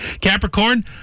Capricorn